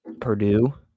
Purdue